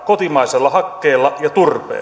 kotimaisella hakkeella ja turpeella